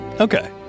Okay